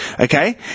okay